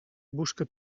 busca